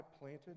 planted